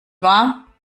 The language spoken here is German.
wahr